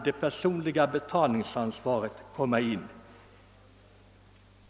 Det personliga betalningsansvaret kan då komma in i bilden.